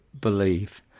believe